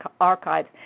archives